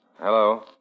Hello